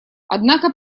однако